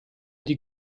die